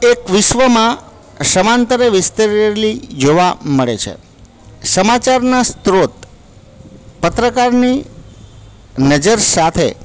એક વિશ્વમાં સમયાંતરે વિસ્તરેલી જોવા મળે છે સમાચારના સ્ત્રોત પત્રકારની નજર સાથે